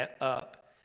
up